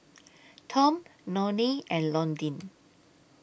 Tom Nonie and Londyn